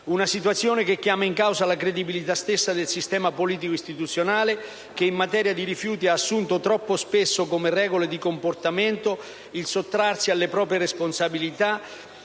una situazione che chiama in causa la credibilità stessa del sistema politico-istituzionale che, in materia di rifiuti, ha assunto troppo spesso come regole di comportamento il sottrarsi alle proprie responsabilità